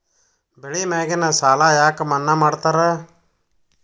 ಬೆಳಿ ಮ್ಯಾಗಿನ ಸಾಲ ಯಾಕ ಮನ್ನಾ ಮಾಡ್ತಾರ?